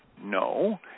no